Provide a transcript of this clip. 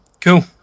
Cool